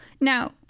Now